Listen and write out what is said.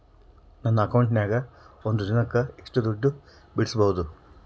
ನನ್ನ ಅಕೌಂಟಿನ್ಯಾಗ ಒಂದು ದಿನಕ್ಕ ಎಷ್ಟು ದುಡ್ಡು ಬಿಡಿಸಬಹುದು?